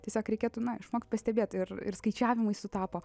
tiesiog reikėtų na išmokt pastebėt ir ir išskaičiavimai sutapo